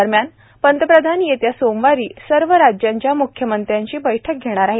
दरम्यान पंतप्रधान येत्या सोमवारी सर्व राज्यांच्या म्ख्यमंत्र्यांशी बैठक घेणार आहेत